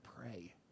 pray